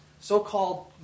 so-called